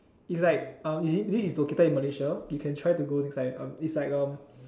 is like uh this is this is located in Malaysia you can try to go it's like uh it's like a